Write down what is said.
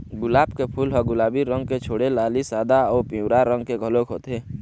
गुलाब के फूल ह गुलाबी रंग के छोड़े लाली, सादा अउ पिंवरा रंग के घलोक होथे